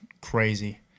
crazy